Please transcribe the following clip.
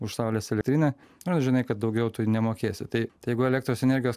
už saulės elektrinę nors žinai kad daugiau tu jų nemokėsi tai tai jeigu elektros energijos